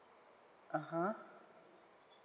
(uh huh)